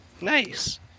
nice